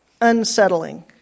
unsettling